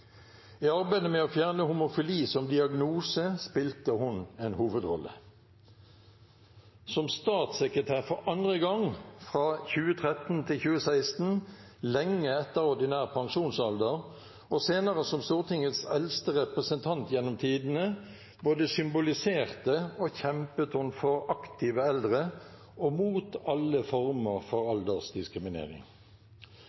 I arbeidet med å fjerne homofili som diagnose spilte hun en hovedrolle. Som statssekretær for andre gang fra 2013 til 2016, lenge etter ordinær pensjonsalder, og senere som Stortingets eldste representant gjennom tidene, både symboliserte og kjempet hun for aktive eldre og mot alle former for